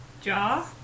jaw